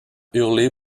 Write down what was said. hurler